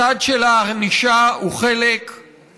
הזה להחמרת הענישה על ירי אנחנו נתמוך,